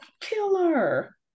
killer